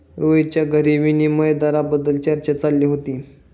रोहितच्या घरी विनिमय दराबाबत चर्चा चालली होती